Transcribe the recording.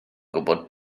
gwybod